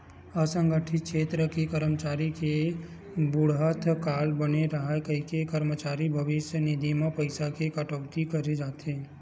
असंगठित छेत्र के करमचारी के बुड़हत काल बने राहय कहिके करमचारी भविस्य निधि म पइसा के कटउती करे जाथे